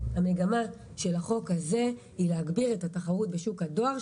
המגמה של החוק הזה היא להגביר את התחרות בשוק הדואר,